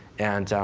and,